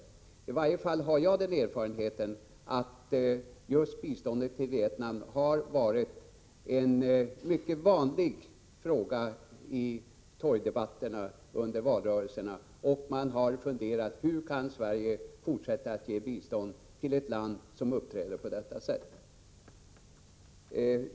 Jag har i varje fall den erfarenheten att just biståndet till Vietnam har varit en mycket vanlig fråga i torgdebatterna under valrörelser. Människor har funderat över hur Sverige kan fortsätta att ge bistånd till ett land som uppträder på detta sätt.